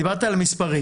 דיברת על המספרים.